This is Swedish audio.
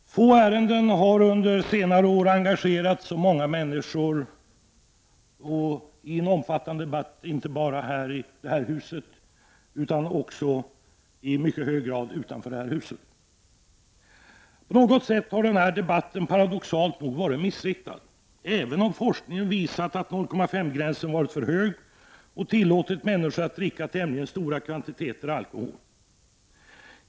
Herr talman! Få ärenden har under senare år engagerat så många människor och skapat en så omfattande debatt — inte bara i det här huset utan även i mycket hög grad utanför huset — som frågan om lägsta promillegräns i trafiken. På något sätt har denna debatt paradoxalt nog varit missriktad, även om forskningen visat att 0,5-gränsen varit för hög och tillåtit människor att dricka tämligen stora kvantiteter alkohol.